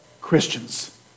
Christians